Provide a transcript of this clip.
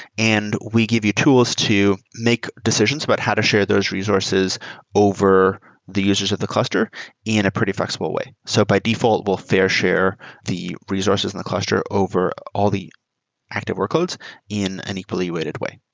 and we give you tools to make decisions about how to share those resources over the users of the cluster in a pretty flexible way. so by default, we'll fair share the resources and the cluster over all the active workloads in an equally weighted way.